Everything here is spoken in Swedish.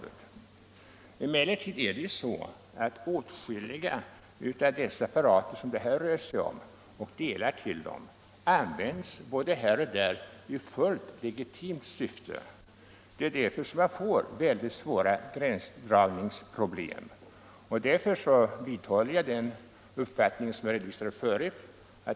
Emellertid är det så att åtskilliga av de apparater det här rör sig om och delar till dem används både här och där i fullt legitimt syfte. Det förorsakar mycket svåra gränsdragningsproblem. Därför vidhåller jag den uppfattning som jag redovisade förut.